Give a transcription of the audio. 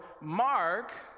Mark